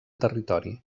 territori